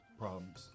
problems